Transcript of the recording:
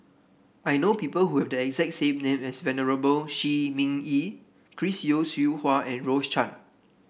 I know people who have the exact same name as Venerable Shi Ming Yi Chris Yeo Siew Hua and Rose Chan